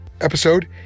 episode